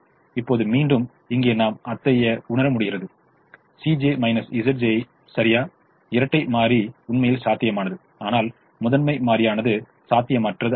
இப்போது மீண்டும் இங்கே நாம் அத்தைய உணர முடிகிறது Cj Zj's சரியா இரட்டை மாறி உண்மையில் சாத்தியமானது ஆனால் முதன்மை மாறியானது சாத்தியமற்றது ஆகும்